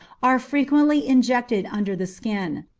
are frequently injected under the skin.